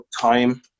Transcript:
time